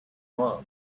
monk